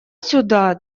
сюда